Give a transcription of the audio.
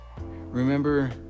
Remember